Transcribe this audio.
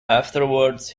afterwards